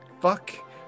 fuck